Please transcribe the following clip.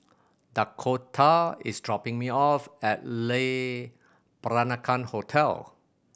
Dakoda is dropping me off at Le Peranakan Hotel